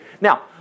now